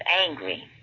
angry